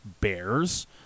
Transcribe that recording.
bears